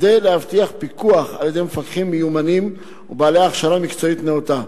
כדי להבטיח פיקוח על-ידי מפקחים מיומנים ובעלי הכשרה מקצועית נאותה.